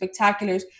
spectaculars